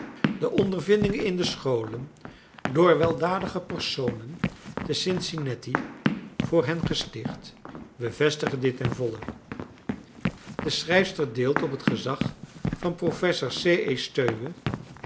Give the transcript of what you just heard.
de ondervinding in de scholen door weldadige personen te cincinnatie voor hen gesticht bevestigt dit ten volle de schrijfster deelt op het gezag van professor c e